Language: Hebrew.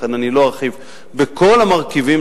לכן לא ארחיב בכל המרכיבים,